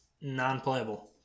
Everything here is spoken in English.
non-playable